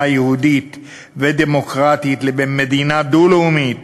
יהודית ודמוקרטית לבין מדינה דו-לאומית